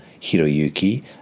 Hiroyuki